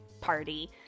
party